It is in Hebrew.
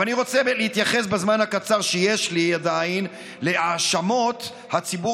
אבל אני רוצה להתייחס בזמן הקצר שיש לי להאשמת הציבור